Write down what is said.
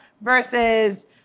versus